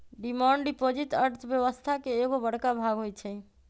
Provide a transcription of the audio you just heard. demand deposit अर्थव्यवस्था के एगो बड़का भाग होई छै